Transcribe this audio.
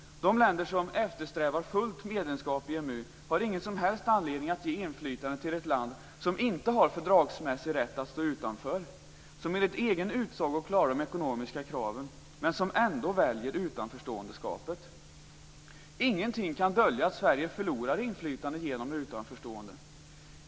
De länder som eftersträvar fullt medlemskap i EMU har ingen som helst anledning att ge inflytande till ett land som inte har fördragsmässig rätt att stå utanför, som enligt egen utsago klarar de ekonomiska kraven, men som ändå väljer utanförståendeskapet. Ingenting kan dölja att Sverige förlorar inflytande genom utanförståendet.